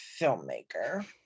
filmmaker